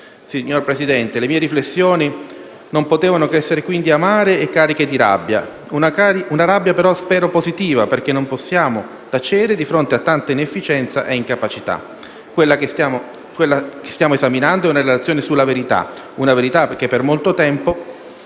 Signor Presidente, le mie riflessioni non potevano quindi che essere amare e cariche di rabbia. Una rabbia però - spero - positiva, perché non possiamo tacere di fronte a tanta inefficienza e incapacità. Quella che stiamo esaminando è una relazione sulla verità, una verità che per molto tempo